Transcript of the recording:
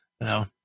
no